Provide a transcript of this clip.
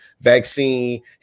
Vaccine